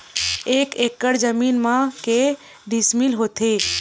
एक एकड़ जमीन मा के डिसमिल होथे?